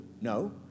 No